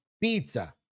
pizza